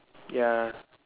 ya